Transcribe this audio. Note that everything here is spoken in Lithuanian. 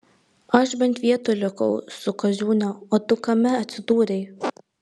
aš bent vietoj likau su kaziūne o tu kame atsidūrei